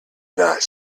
not